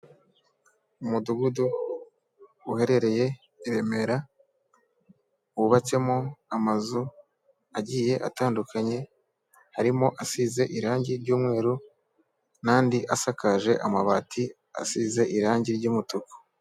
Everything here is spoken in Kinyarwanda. umudugudu uherereye i remera wubatsemo amazu agiye atandukanye harimo asize irangi ry'umweru n'andi asakaje amabati asize irangi ry'umutuku.